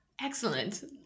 Excellent